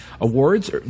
Awards